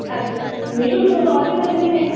hello Nishu तुस audible गै नि हे